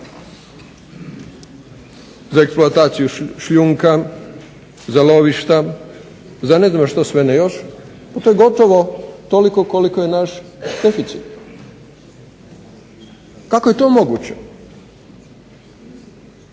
za eksploataciju šljunka, za lovišta, za ne znam što sve ne još, pa to je gotovo toliko koliko je naš deficit. Kako je to moguće?